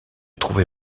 trouver